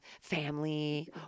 family